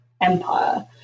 empire